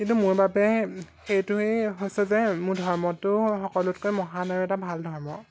কিন্তু মোৰ বাবে সেইটোৱে হৈছে যে মোৰ ধৰ্মটো সকলোতকৈ মহান আৰু এটা ভাল ধৰ্ম